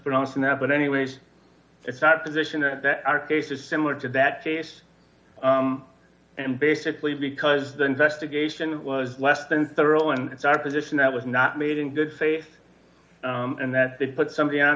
mispronouncing that but anyways it's our position there are cases similar to that case and basically because the investigation was less than thorough and it's our position that was not made in good faith and that they put somebody on